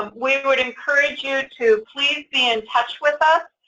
we would encourage you to please be in touch with us.